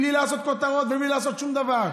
בלי לעשות כותרות ובלי לעשות שום דבר.